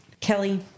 Kelly